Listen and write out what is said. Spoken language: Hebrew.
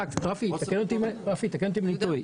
רפי, תקן אותי אם אני טועה.